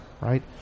Right